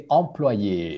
employé